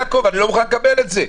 יעקב, אני לא מוכן לקבל את זה.